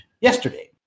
yesterday